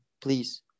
please